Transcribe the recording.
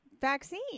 vaccine